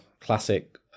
classic